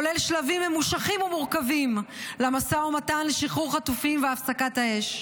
כולל שלבים ממושכים ומורכבים למשא ומתן לשחרור החטופים והפסקת האש.